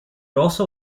also